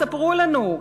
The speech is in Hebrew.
ספרו לנו,